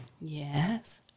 Yes